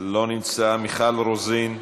אינו נוכח, מיכל רוזין,